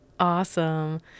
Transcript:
Awesome